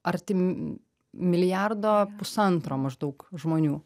artim m milijardo pusantro maždaug žmonių